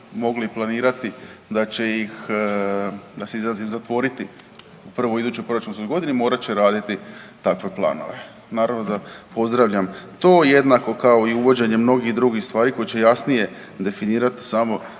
mogli planirati da će ih, da se izrazim, zatvoriti u prvoj idućoj proračunskoj godini, morat će raditi takve planove. Naravno da pozdravljam to, jednako kao i uvođenje mnogih drugih stvari koje će jasnije definirati samo